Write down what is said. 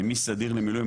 מסדיר למילואים,